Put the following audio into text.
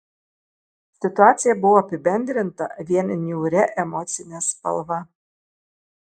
situacija buvo apibendrinta vien niūria emocine spalva